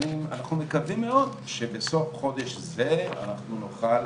ואנחנו מקווים מאוד שבסוף חודש זה אנחנו נוכל